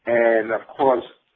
and of course,